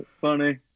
funny